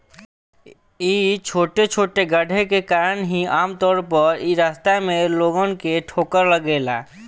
इ छोटे छोटे गड्ढे के कारण ही आमतौर पर इ रास्ता में लोगन के ठोकर लागेला